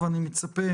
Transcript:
ואני מצפה